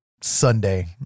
Sunday